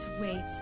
wait